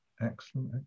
excellent